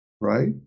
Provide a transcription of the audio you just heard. right